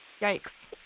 Yikes